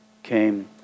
came